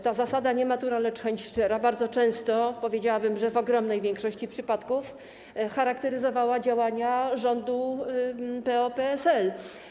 Ta zasada: nie matura, lecz chęć szczera... bardzo często, powiedziałabym, że w ogromnej większości przypadków, charakteryzowała działania rządu PO-PSL.